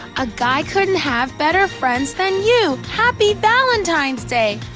a guy couldn't have better friends than you. happy valentine's day,